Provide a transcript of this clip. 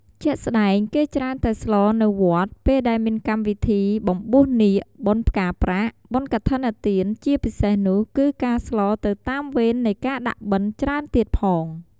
ជាក់ស្តែងគេច្រើនតែស្លរនៅវត្តពេលដែលមានកម្មវិធីបំបួសនាគ បុណ្យផ្កាប្រាក់ បុណ្យកឋិនទានជាពិសេសនោះគឺការស្លរទៅតាមវេននៃការដាក់បិណ្ឌច្រើនទៀតផង។